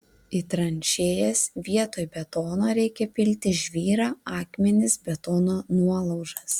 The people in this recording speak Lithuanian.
į tranšėjas vietoj betono reikia pilti žvyrą akmenis betono nuolaužas